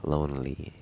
Lonely